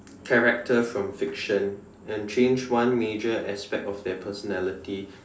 character from fiction and change one major aspect of their personality